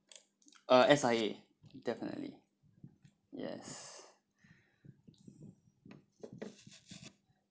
uh S_I_A definitely yes